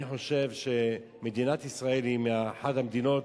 אני חושב שמדינת ישראל היא אחת המדינות